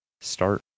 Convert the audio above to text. start